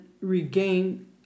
regain